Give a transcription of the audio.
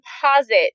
deposit